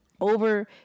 over